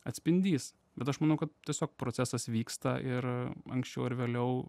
atspindys bet aš manau kad tiesiog procesas vyksta ir anksčiau ar vėliau